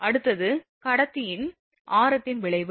அடுத்தது கடத்தி ஆரத்தின் விளைவு